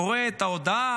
אני קורא את ההודעה,